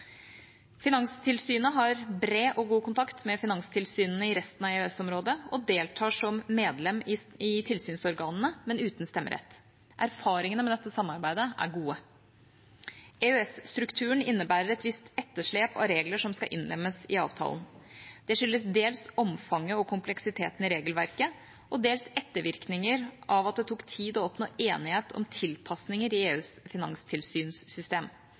Finanstilsynet har bred og god kontakt med finanstilsynene i resten av EØS-området og deltar som medlem i tilsynsorganene, men uten stemmerett. Erfaringene med dette samarbeidet er gode. EØS-strukturen innebærer et visst etterslep av regler som skal innlemmes i avtalen. Det skyldes dels omfanget og kompleksiteten i regelverket og dels ettervirkninger av at det tok tid å oppnå enighet om tilpasninger til EUs finanstilsynssystem.